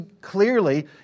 clearly